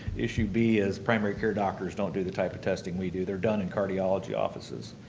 issue b is primary care doctors don't do the type of testing we do. they're done in cardiology offices.